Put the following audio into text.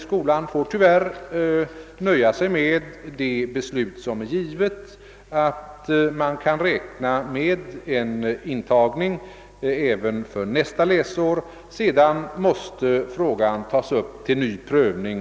Skolan får tyvärr nöja sig med det besked som är givet, nämligen att den kan räkna med en intagning även för nästa läsår. Sedan måste frågan tas upp till ny prövning.